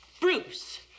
Bruce